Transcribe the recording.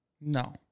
No